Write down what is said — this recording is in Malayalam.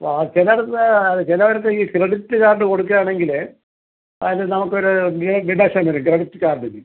ഓ ചിലയിടത്ത് ചിലയിടത്ത് ഈ ക്രെഡിറ്റ് കാർഡ് കൊടുക്കുകയാണെങ്കിൽ അത് നമുക്ക് ഒരു ഡി ഡിഡക്ഷൻ വരും ക്രെഡിറ്റ് കാർഡിൽ